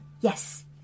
yes